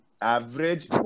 average